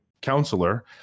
counselor